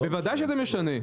בוודאי שזה משנה.